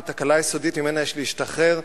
הוא תקלה יסודית שממנה יש להשתחרר.